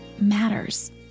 matters